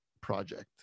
project